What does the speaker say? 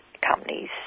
companies